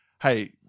hey